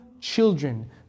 children